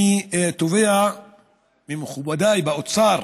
אני תובע ממכובדיי באוצר